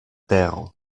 tero